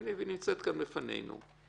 היא נמצאת כאן איתנו.